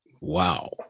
Wow